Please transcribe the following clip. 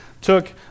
took